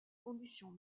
conditions